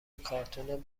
کارتون